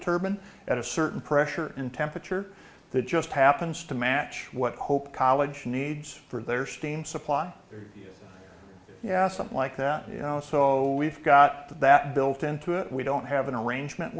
turban at a certain pressure and temperature the just happens to match what hope college needs for their steam supply three years yeah something like that you know so we've got that built into it we don't have an arrangement